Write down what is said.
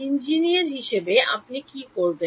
engineer হিসাবে আপনি কি করবেন